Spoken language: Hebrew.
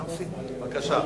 בבקשה.